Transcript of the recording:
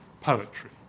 poetry